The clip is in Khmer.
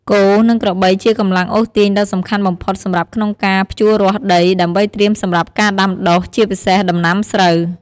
គោ និងក្របីជាកម្លាំងអូសទាញដ៏សំខាន់បំផុតសម្រាប់ក្នុងការ ភ្ជួររាស់ដី ដើម្បីត្រៀមសម្រាប់ការដាំដុះ ជាពិសេសដំណាំស្រូវ។